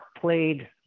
played